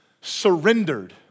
surrendered